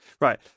right